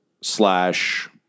slash